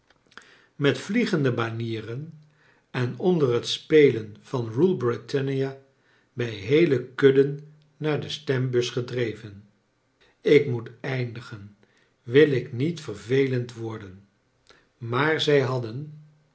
met vliegende banieren en onder het spelen van rule britannia bij heelekudden naar cle stem i us gedreven ik aioet eindigen wil ik niet vervelend worden maar zij hadden